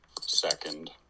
second